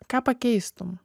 ką pakeistum